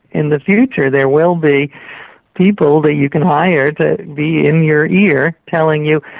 in the future there will be people that you can hire to be in your ear telling you,